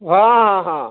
ହଁ ହଁ ହଁ